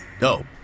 no